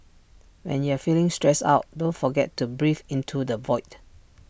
when you are feeling stressed out don't forget to breathe into the void